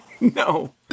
no